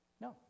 No